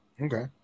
Okay